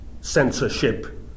censorship